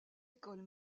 école